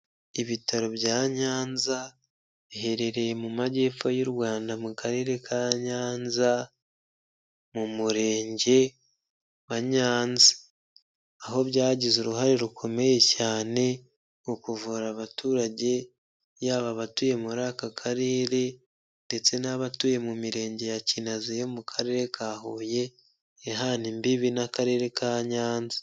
Ibitaro bya Nyanza, biherereye mu majyepfo y'u Rwanda, mu karere ka Nyanza, mu murenge wa Nyanza. Aho byagize uruhare rukomeye cyane, mu kuvura abaturage, yaba abatuye muri aka karere, ndetse n'abatuye mu mirenge ya Kinazi yo mu karere ka Huye, ihana imbibi n'akarere ka Nyanza.